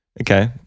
Okay